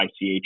ICH